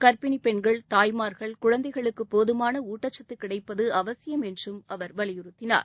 கர்ப்பிணிப் பெண்கள் தாய்மார்கள் குழந்தைகளுக்கு போதுமான ஊட்டச்சத்து கிடைப்பது அவசியம் என்றும் அவர் வலியுறுத்தினார்